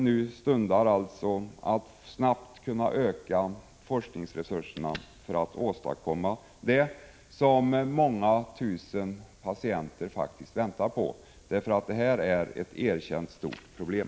Nu gäller det alltså att snabbt kunna utöka forskningsresurserna för att åstadkomma det som många tusen patienter väntar på. Det är nämligen ett erkänt stort problem.